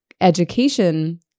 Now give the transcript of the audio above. education